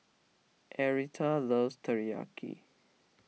Aretha loves Teriyaki